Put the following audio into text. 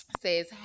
says